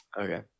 Okay